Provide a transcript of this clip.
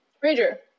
Ranger